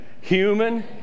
Human